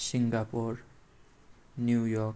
Singapore New York